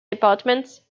departments